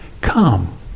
come